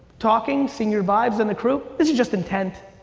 talking, senior vibes in the crew, this is just intent.